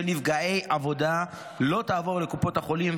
נפגעי עבודה לא תעבור לקופות החולים,